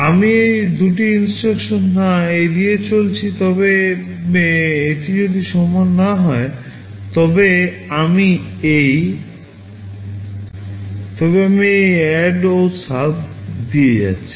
আমি এই দুটি INSTRUCTIONনা এড়িয়ে চলেছি তবে এটি যদি সমান না হয় তবে আমি এই ADD ও SUB দিয়ে যাচ্ছি